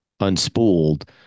unspooled